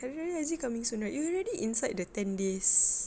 hari raya haji coming soon right we already inside the ten days